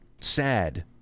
sad